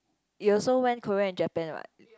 you also went Korea and Japan what